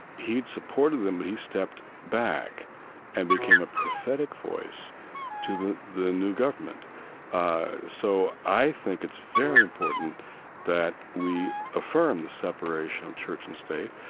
he'd supported them, he stepped back and became a prophetic voice to the the new government so i think it's very important that we affirm the separation of church and state.